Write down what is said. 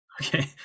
Okay